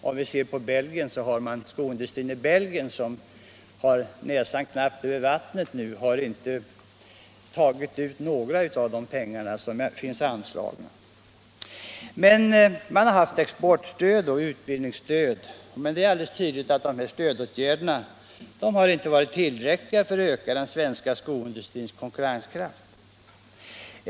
Skoindustrin i Belgien t.ex., som nu knappt har näsan över vattnet, har inte tagit ut några av de pengar som finns anslagna. Skoindustrin har fått exportoch utbildningsstöd, men det är alldeles tydligt att dessa stödåtgärder inte heller har varit tillräckliga för att öka den svenska skoindustrins konkurrenskraft.